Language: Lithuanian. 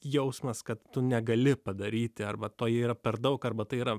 jausmas kad tu negali padaryti arba tai yra per daug arba tai yra